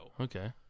Okay